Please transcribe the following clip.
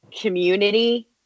community